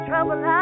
Trouble